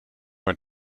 want